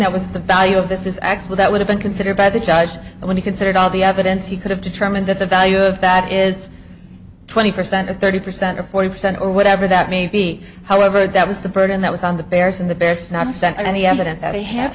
that was the value of this is axel that would have been considered by the judge and when he considered all the evidence he could have determined that the value of that is twenty percent of thirty percent or forty percent or whatever that may be however that was the burden that was on the bears and the best not present any evidence that they have